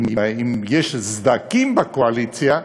אם יש סדקים בקואליציה,